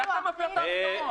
ואתה מפר את ההסכמות.